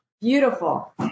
beautiful